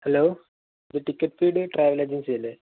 hello ഇത് ticket പീഡ് travel agency അല്ലേ